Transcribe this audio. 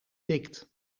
tikt